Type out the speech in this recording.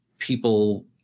people